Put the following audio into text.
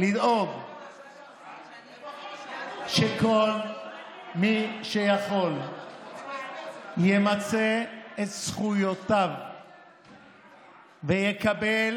לדאוג שכל מי שיכול ימצה את זכויותיו ויקבל